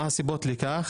מה הסיבות לכך?